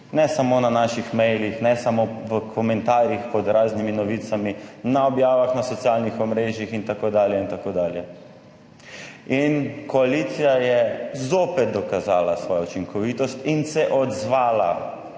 ne samo na naših mailih, ne samo v komentarjih pod raznimi novicami, na objavah na socialnih omrežjih in tako dalje in tako dalje in koalicija je zopet dokazala svojo učinkovitost in se odzvala